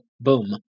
boom